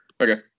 Okay